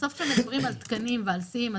בסוף כשמדברים על תקנים ,על שיאים,